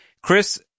Chris